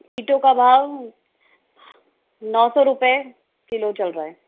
ईंटों का भाव नौ सौ रुपए किलो चल रहा है